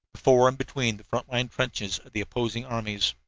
before and between the front-line trenches of the opposing armies.